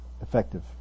effective